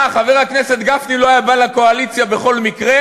מה, חבר הכנסת גפני לא היה בא לקואליציה בכל מקרה,